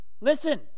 listen